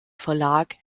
verlag